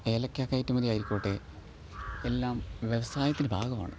ഏലക്കാ കയറ്റുമതി ആയിക്കോട്ടേ എല്ലാം വ്യവസായത്തിന്റെ ഭാഗമാണ്